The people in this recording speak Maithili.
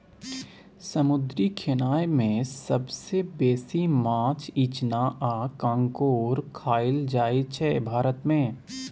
समुद्री खेनाए मे सबसँ बेसी माछ, इचना आ काँकोर खाएल जाइ छै भारत मे